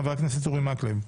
חבר הכנסת אורי מקלב.